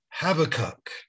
Habakkuk